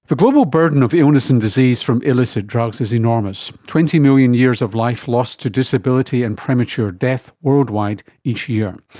the global burden of illness and disease from illicit drugs is enormous. twenty million years of life lost to disability and premature death worldwide each year.